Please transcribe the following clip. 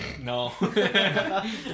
No